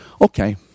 Okay